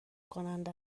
کننده